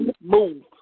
move